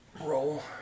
roll